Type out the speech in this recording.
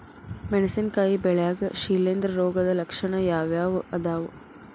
ಮೆಣಸಿನಕಾಯಿ ಬೆಳ್ಯಾಗ್ ಶಿಲೇಂಧ್ರ ರೋಗದ ಲಕ್ಷಣ ಯಾವ್ಯಾವ್ ಅದಾವ್?